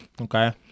okay